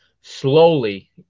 slowly